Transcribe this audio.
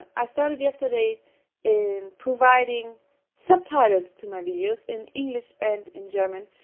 i started yesterday in providing subtitles to my videos, in english and in german,